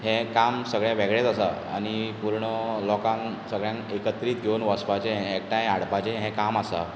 हें काम सगळें वेगळेंच आसा आनी पूर्ण लोकांक सगळ्यांक एकत्रीत घेवन वचपाचें एकठांय हाडपाचें हें काम आसा